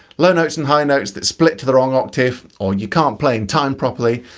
low notes and high notes that split to the wrong octave, or you can't play in time properly,